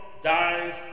dies